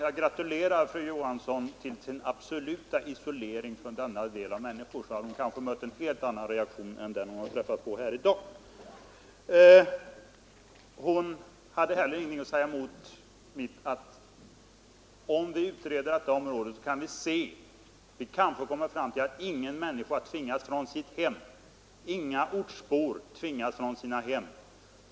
Jag gratulerar fru Johansson till hennes absoluta isolering från dessa människor. Hade hon talat med dem, hade hon kanske mött en helt annan reaktion än den hon hittills har träffat på. Fru Johansson hade heller ingenting att säga emot min synpunkt, att om vi gör en utredning om detta område kanske vi kommer fram till att inga ortsbor tvingas från sina hem.